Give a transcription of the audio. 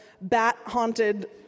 bat-haunted